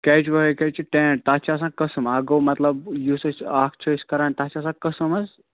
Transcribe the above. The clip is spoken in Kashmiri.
کیچواہٕکۍ حظ چھِ ٹٮ۪نٛٹ تَتھ چھِ آسان قٕسم اَکھ گوٚو مطلب یُس أسۍ اَکھ چھِ أسۍ کَران تَتھ چھِ آسان قٕسم حظ